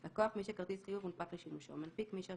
"לקוח" מי שכרטיס חיוב הונפק לשימושו,